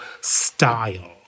style